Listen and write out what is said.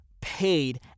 paid